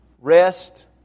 rest